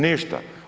Ništa.